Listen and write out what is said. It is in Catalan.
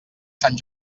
sant